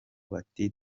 bati